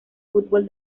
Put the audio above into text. fútbol